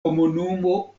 komunumo